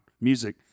music